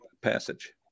passage